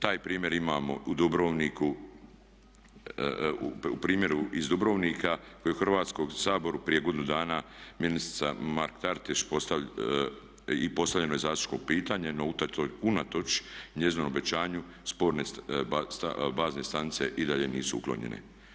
Taj primjer imamo u Dubrovniku, u primjeru iz Dubrovnika koji je u Hrvatskom saboru prije godinu dana ministrica Mrak Taritaš, i postavljeno je zastupničko pitanje no unatoč njezinom obećanju sporne bazne stanice i dalje nisu uklonjene.